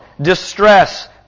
Distress